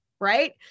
right